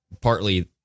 partly